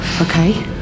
Okay